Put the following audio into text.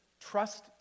trust